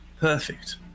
perfect